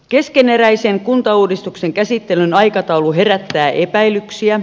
keskeneräisen kuntauudistuksen käsittelyn aikataulu herättää epäilyksiä